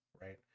right